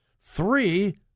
three